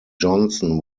johnson